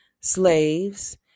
slaves